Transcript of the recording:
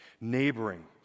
neighboring